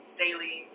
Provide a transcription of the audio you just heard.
daily